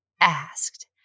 asked